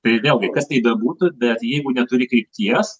tai vėlgi kas tai bebūtų bet jeigu neturi krypties